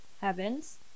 heavens